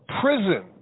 prison